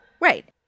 Right